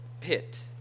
pit